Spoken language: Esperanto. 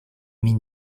min